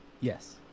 yes